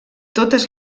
totes